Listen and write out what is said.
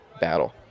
battle